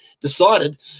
Decided